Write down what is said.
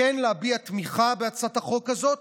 כן להביע תמיכה בהצעת החוק הזאת.